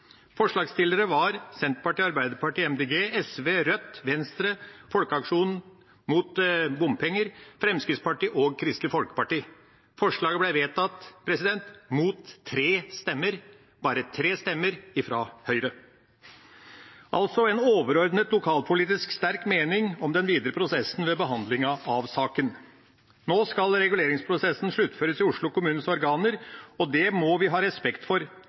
Forslagsstillere var Senterpartiet, Arbeiderpartiet, Miljøpartiet De Grønne, SV, Rødt, Venstre, Folkeaksjonen Nei til mer bompenger, Fremskrittspartiet og Kristelig Folkeparti. Forslaget ble vedtatt mot 3 stemmer – bare 3 stemmer – fra Høyre. Det er altså en overordnet lokalpolitisk sterk mening om den videre prosessen ved behandlingen av saken. Nå skal reguleringsprosessen sluttføres i Oslo kommunes organer, og det må vi ha respekt for.